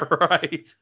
Right